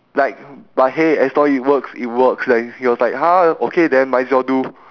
like but hey as long it works it works then he was like !huh! okay then might as well do